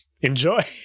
Enjoy